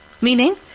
Meaning